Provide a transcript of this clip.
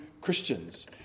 Christians